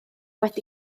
wedi